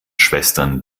schwestern